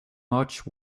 much